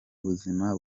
buzima